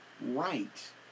right